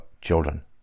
children